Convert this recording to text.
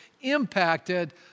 impacted